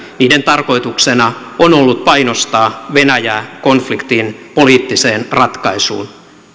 niiden tarkoituksena on ollut painostaa venäjää konfliktin poliittiseen ratkaisuun